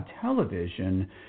television